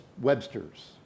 Webster's